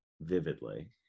vividly